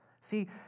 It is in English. See